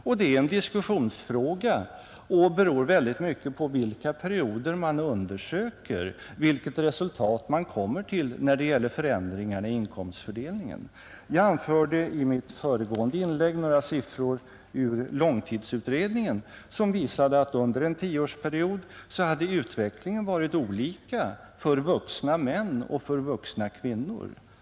Detta är en diskussionsfråga, och vilket resultat man kommer till när det gäller förändringarna i inkomstfördelningen beror mycket på vilka perioder man undersöker. I mitt föregående inlägg anförde jag några siffror ur långtidsutredningen, som visade att under en tioårsperiod hade utvecklingen varit olika för vuxna män och för vuxna kvinnor.